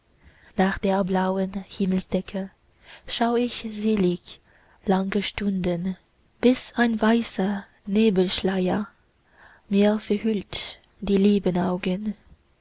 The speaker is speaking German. nach der blauen himmelsdecke schau ich selig lange stunden bis ein weißer nebelschleier mir verhüllt die lieben augen